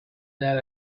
that